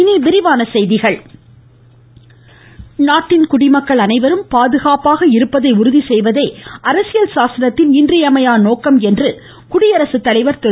இனிடவிரிவானடசெய்கிகள் நாடாளுமன்றம் நாட்டின் குடிமக்கள் அனைவரும் பாதுகாப்பாக இருப்பதை உறுதி செய்வதே அரசியல் சாசனத்தின் இன்றியமையா நோக்கம் என்று குடியரசுத்தலைவர் திரு